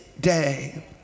day